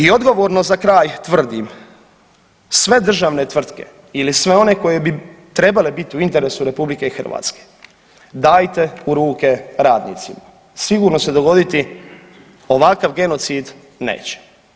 I odgovorno za kraj tvrdim, sve državne tvrtke ili sve one koje bi trebale bit u interesu RH dajte u ruke radnicima, sigurno se dogoditi ovakav genocid neće.